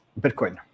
Bitcoin